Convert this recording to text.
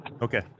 Okay